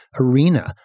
arena